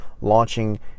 launching